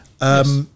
Yes